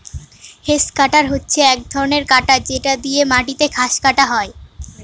hedge cutter হচ্ছে এক ধরনের কাটার যেটা দিয়ে মাটিতে ঘাস কাটা হয়